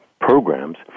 programs